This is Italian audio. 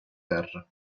terre